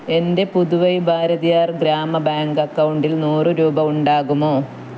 എൻ്റെ പുതുവൈ ഭാരതിയാർ ഗ്രാമ ബാങ്ക് അക്കൗണ്ടിൽ നൂറു രൂപ ഉണ്ടാകുമോ